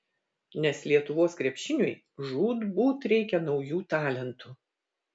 nes lietuvos krepšiniui žūtbūt reikia naujų talentų